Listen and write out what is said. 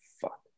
Fuck